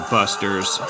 Busters